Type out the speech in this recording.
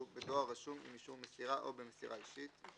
"בדואר רשום עם אישור מסירה או במסירה אישית";